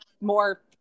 more